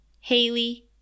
Haley